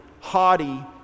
haughty